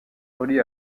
reliée